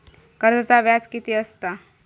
कर्जाचा व्याज कीती असता?